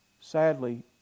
Sadly